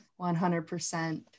100%